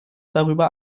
darüber